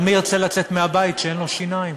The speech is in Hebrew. אבל מי ירצה לצאת מהבית כשאין לו שיניים?